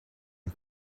een